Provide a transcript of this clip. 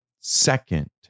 second